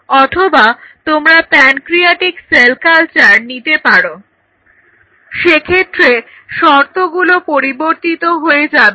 অথবা তোমরা pancreatic cell culture নিতে পারো সেক্ষেত্রে শর্তগুলো পরিবর্তিত হয়ে যাবে